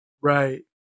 Right